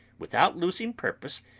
without losing purpose,